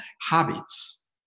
habits